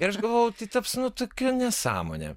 ir aš galvojau tai taps nu tokia nesąmone